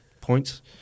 points